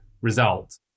result